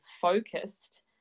focused